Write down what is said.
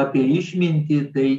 apie išmintį tai